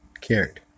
cared